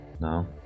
No